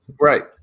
Right